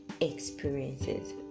experiences